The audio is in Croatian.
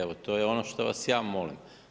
Evo to je ono što vas ja molim.